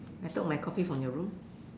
I took my coffee from your room